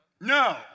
No